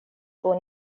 born